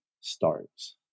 starts